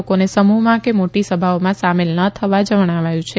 લોકોને સમૂહમાં કે મોટી સભાઓમાં સામેલ ના થવા જણાવાથું છે